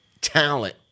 talent